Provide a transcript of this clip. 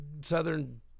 Southern